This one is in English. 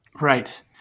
right